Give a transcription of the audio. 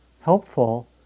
helpful